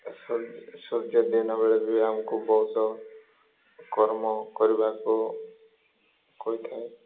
ସୂର୍ଯ୍ୟ ଦିନବେଳେ ବି ଆମକୁ ବହୁତ କର୍ମ କରିବାକୁ କହିଥାଏ